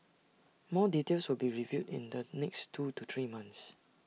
more details will be revealed in the next two to three months